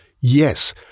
yes